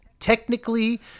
Technically